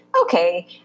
okay